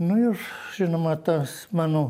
nu ir žinoma tas mano